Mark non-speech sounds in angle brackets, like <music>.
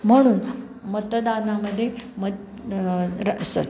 म्हणून मतदानामध्ये <unintelligible>